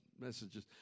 messages